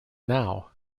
now